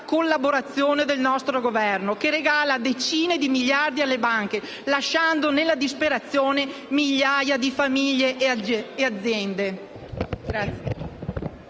collaborazione del nostro Governo, che regala decine di miliardi alle banche, lasciando nella disperazione migliaia di famiglie e aziende.